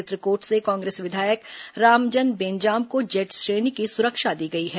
चित्रकोट से कांग्रेस विधायक रामजन बेंजाम को जेड श्रेणी की सुरक्षा दी गई है